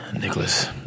Nicholas